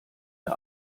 der